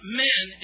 men